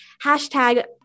Hashtag